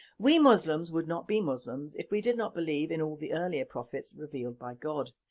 we muslims would not be muslims if we did not believe in all the earlier prophets revealed by god,